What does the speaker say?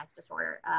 disorder